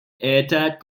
airtight